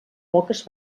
poques